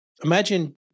Imagine